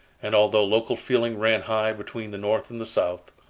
and although local feeling ran high between the north and the south,